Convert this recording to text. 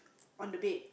on the bed